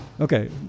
okay